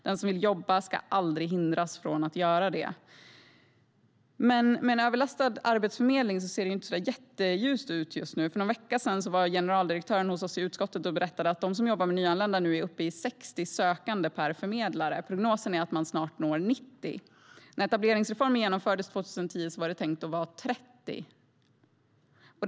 Den som vill jobba ska aldrig hindras från att göra det. Men med en överbelastad arbetsförmedling ser det tyvärr inte särskilt ljust ut. För någon vecka sedan var generaldirektören hos oss i utskottet och berättade att de som jobbar med nyanlända nu är uppe i 60 sökande per förmedlare. Prognosen är att man snart når 90. När etableringsreformen genomfördes 2010 var det tänkt att vara 30.